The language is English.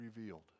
revealed